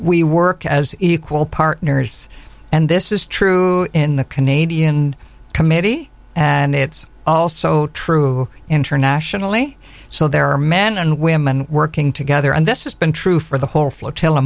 we work as equal partners and this is true in the canadian committee and it's also true internationally so there are men and women working together and this has been true for the whole flo